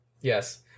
Yes